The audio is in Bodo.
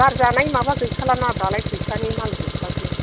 गारजानाय माबा गैखालाना दालाय फैसानि माल जोबखासै